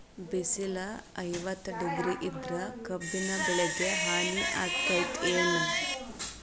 ಬಿಸಿಲ ಐವತ್ತ ಡಿಗ್ರಿ ಇದ್ರ ಕಬ್ಬಿನ ಬೆಳಿಗೆ ಹಾನಿ ಆಕೆತ್ತಿ ಏನ್?